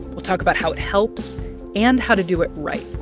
we'll talk about how it helps and how to do it right.